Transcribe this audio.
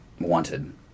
wanted